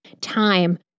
time